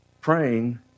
praying